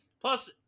Plus